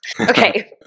Okay